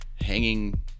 hanging